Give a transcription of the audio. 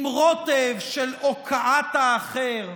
עם רוטב של הוקעת האחר,